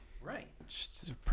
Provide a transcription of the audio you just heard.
Right